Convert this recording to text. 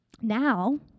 Now